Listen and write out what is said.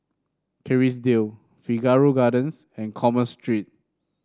Kerrisdale Figaro Gardens and Commerce Street